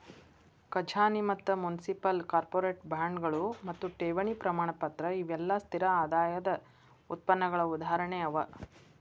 ಖಜಾನಿ ಮತ್ತ municipal, corporate ಬಾಂಡ್ಗಳು ಮತ್ತು ಠೇವಣಿ ಪ್ರಮಾಣಪತ್ರ ಇವೆಲ್ಲಾ ಸ್ಥಿರ ಆದಾಯದ್ ಉತ್ಪನ್ನಗಳ ಉದಾಹರಣೆ ಅವ